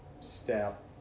step